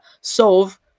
solve